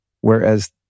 whereas